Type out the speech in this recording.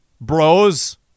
bros